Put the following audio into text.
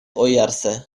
ойярсе